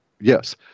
Yes